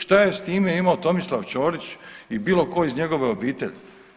Šta je s time imao Tomislav Ćorić ili bilo tko iz njegove obitelji?